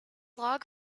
log